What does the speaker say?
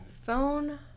Phone